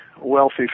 wealthy